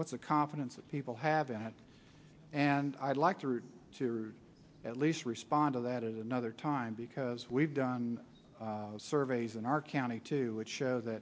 what's the confidence that people have that and i'd like to hear it at least respond to that another time because we've done surveys in our county to show that